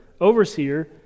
overseer